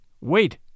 Wait